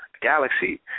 galaxy